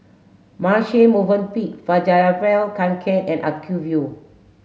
Marche Movenpick Fjallraven Kanken and Acuvue